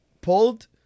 pulled